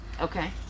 Okay